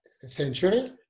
century